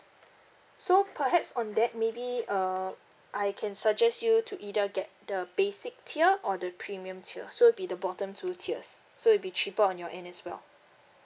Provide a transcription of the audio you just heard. so perhaps on that maybe um I can suggest you to either get the basic tier or the premium tier so it'll be the bottom two tiers so it'll be cheaper on your end as well